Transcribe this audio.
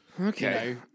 okay